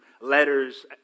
letters